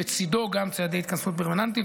בצידו גם צעדי התכנסות פרמננטיים,